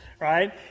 right